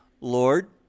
Lord